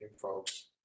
folks